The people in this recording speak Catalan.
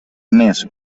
més